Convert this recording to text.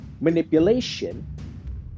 manipulation